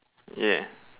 yeah